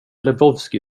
lebowski